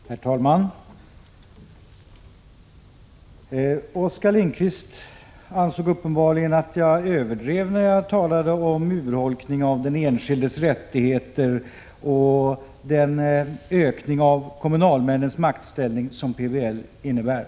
Herr talman! Oskar Lindkvist ansåg uppenbarligen att jag överdrev när jag talade om urholkningen av den enskildes rättigheter och den ökning av kommunalmännens maktställning som PBL innebär.